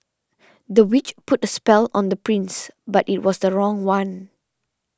the witch put a spell on the prince but it was the wrong one